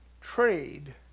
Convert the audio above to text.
trade